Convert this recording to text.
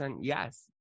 yes